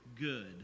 good